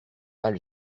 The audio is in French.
mal